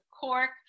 Cork